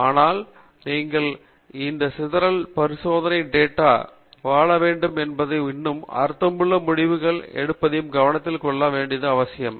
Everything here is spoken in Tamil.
ஆனால் நீங்கள் இந்த சிதறல் பரிசோதனை டேட்டா டன் வாழ வேண்டும் என்பதையும் இன்னும் அர்த்தமுள்ள முடிவுகளை எடுப்பதையும் கவனத்தில் கொள்ள வேண்டியது அவசியம்